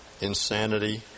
insanity